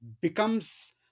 becomes